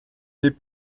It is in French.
les